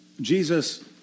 Jesus